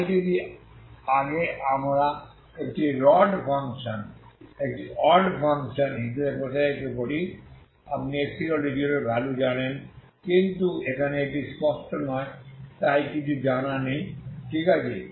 তাই আগে যদি আমরা একটি অড ফাংশন হিসাবে প্রসারিত করি আপনি x0 এর ভ্যালু জানেন কিন্তু এখানে এটি স্পষ্ট নয় তাই কিছুই জানা নেই ঠিক আছে